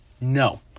No